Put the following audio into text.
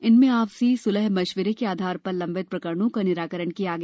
इनमें आपसी सुलह मशविरे के आधार पर लम्बित प्रकरणों का निराकरण किया गया